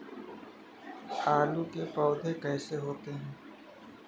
आलू के पौधे कैसे होते हैं?